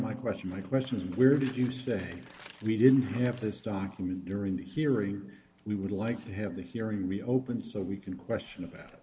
my question my question is where did you say we didn't have this document during the hearing we would like to have the hearing be open so we can question about